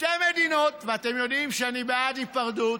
שתי מדינות, ואתם יודעים שאני בעד היפרדות,